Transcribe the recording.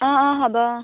অঁ অঁ হ'ব অঁ